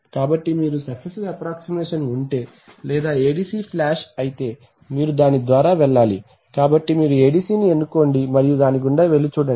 కాబట్టి మీరు successive approximation ఉంటే లేదా ADC ఫ్లాష్ అయితే మీరు దాని ద్వారా వెళ్ళాలి కాబట్టి మీరు ADC ని ఎన్నుకోండి మరియు దాని గుండా వెళ్లి చూడండి